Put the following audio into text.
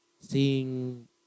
seeing